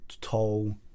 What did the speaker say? tall